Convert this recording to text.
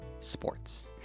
Sports